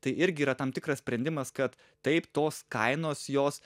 tai irgi yra tam tikras sprendimas kad taip tos kainos jos